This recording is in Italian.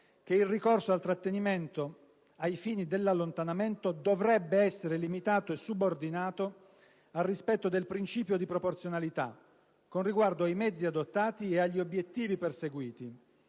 che «il ricorso al trattenimento ai fini dell'allontanamento dovrebbe essere limitato e subordinato al principio di proporzionalità con riguardo ai mezzi adottati e agli obiettivi perseguiti.